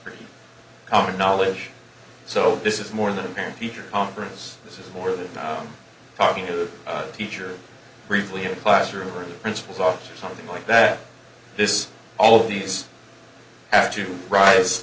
pretty common knowledge so this is more than a parent teacher conferences this is more than talking to the teacher briefly a classroom or in the principal's office or something like that this all of these add to rise